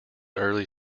early